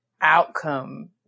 outcome